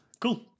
cool